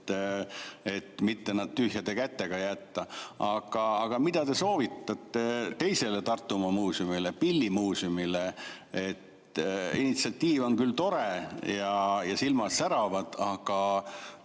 neid mitte tühjade kätega jätta. Aga mida te soovitate teisele Tartumaa muuseumile, Pillimuuseumile? Initsiatiiv on küll tore ja silmad säravad, aga